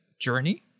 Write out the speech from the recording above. journey